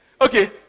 Okay